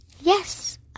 Yes